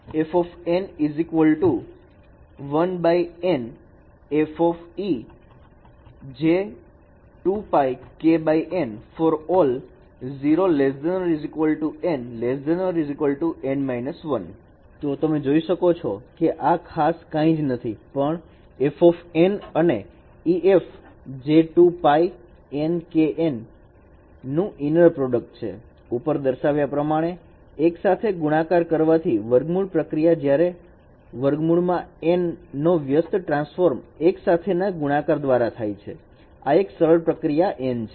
f 1 for N Σ N−1 n0 ˆ e fˆ j2π n kN 0 ≤ n ≤ N − 1 તો તમે જોઈ શકો છો કે આ ખાસ કંઈ જ નહીં પણ f અને e f j2π n kN નું inner product છે ઉપર દર્શાવ્યા પ્રમાણે 1 સાથે ગુણાકાર કરવાથી વર્ગમૂળ પ્રક્રિયા જ્યારે √N નો વ્યસ્ત ટ્રાન્સફોર્મ 1 સાથેના ગુણાકાર દ્વારા થાય છે આ એક સરળ N પ્રક્રિયા છે